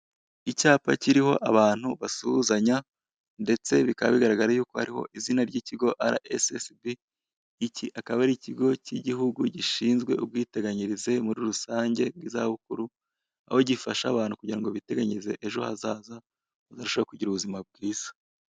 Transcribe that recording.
Icyapa kiriho abantu basuhuzanya, ndetse kikaba kiriho ikirango cy'Ikigo cy'Ubwiteganyirize mu Rwanda (RSSB). Iki cyapa kiri gukangurira abantu gukoresha serivisi zitangwa na RSSB.